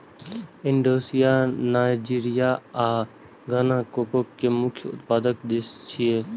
Indonesia, Nigeria आ Ghana cocoa के मुख्य उत्पादक देश छियै